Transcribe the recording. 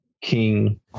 King